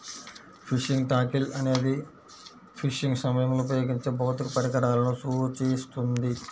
fishing tackle అనేది fishing సమయంలో ఉపయోగించే భౌతిక పరికరాలను సూచిస్తుంది